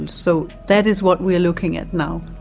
and so that is what we are looking at now.